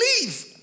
believe